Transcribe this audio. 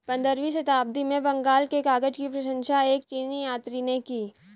पंद्रहवीं शताब्दी में बंगाल के कागज की प्रशंसा एक चीनी यात्री ने की